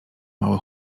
mały